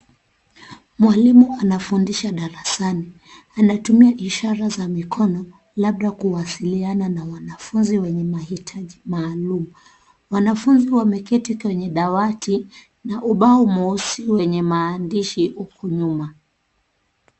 Mwalimu anafunza darasani. Anatumia ishara za mikono labda kuwasiliana na wanafunzi wenye maahitaji maalum. Wanafunzi wameketi kwenye dawati na ubao mweusi wenye maandishi uko nyuma.